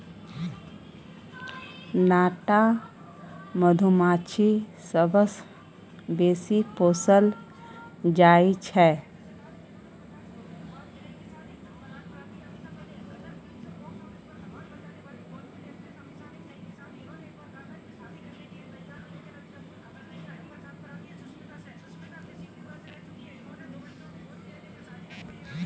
नाटा मधुमाछी सबसँ बेसी पोसल जाइ छै